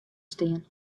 stean